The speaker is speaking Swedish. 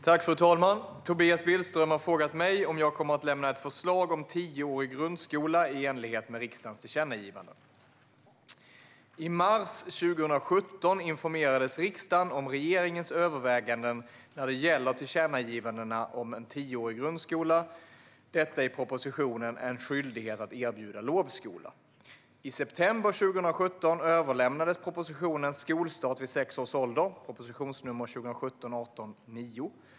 Fru talman! Tobias Billström har frågat mig om jag kommer att lämna ett förslag om tioårig grundskola i enlighet med riksdagens tillkännagivanden. I mars 2017 informerades riksdagen om regeringens överväganden när det gäller tillkännagivandena om en tioårig grundskola, detta i propositionen En skyldighet att erbjuda lovskola . I september 2017 överlämnades propositionen Skolstart vid sex års ålder , prop. 2017/18:9.